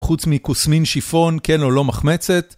חוץ מכוסמין, שיפון, כן או לא מחמצת?